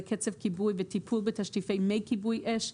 לקצף כיבוי וטיפול בתשטיפי מי כיבוי אש.